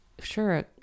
Sure